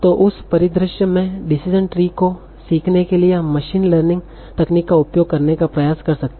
तो उस परिदृश्य में डिसीजन ट्री को सीखने के लिए हम मशीन लर्निंग तकनीक का उपयोग करने का प्रयास कर सकते है